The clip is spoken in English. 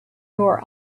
your